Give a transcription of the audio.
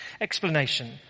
Explanation